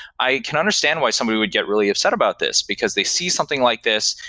i can understand why somebody would get really upset about this, because they see something like this.